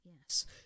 yes